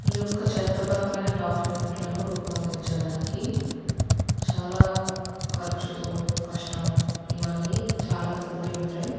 ఈ యొక్క చట్టపరమైన డాక్యుమెంట్లను రూపొందించడానికి చాలా ఖర్చుతో కష్టం ఇవన్నీ చాలా కూడి ఉంటాయి